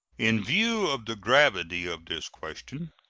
in view of the gravity of this question,